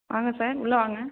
வாங்க சார் உள்ளே வாங்க